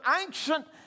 ancient